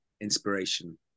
inspiration